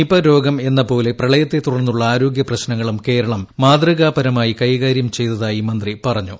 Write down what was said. Nipah രോഗം എന്ന് പോലെ പ്രളയത്തെ തുടർന്നുള്ള ആരോഗ്യപ്രശ്നങ്ങളൂം കേരളം മാതൃകാപരമായി കൈകാര്യം ചെയ്തതായി മന്ത്രി പൂറ്റഞ്ഞു